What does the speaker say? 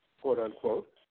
quote-unquote